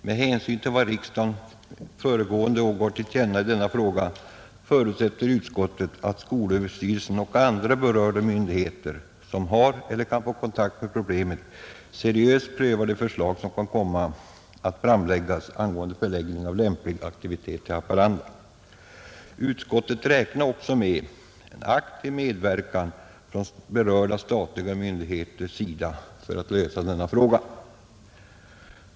Med hänsyn till vad riksdagen föregående år gav till känna i denna fråga förutsätter utskottet att skolöverstyrelsen och andra berörda myndigheter som har eller kan få kontakt med problemet seriöst prövar de förslag som kan komma att framläggas angående förläggning av lämplig aktivitet till Haparanda. Utskottet räknar också med en aktiv medverkan från berörda statliga myndigheters sida för att lösa denna fråga.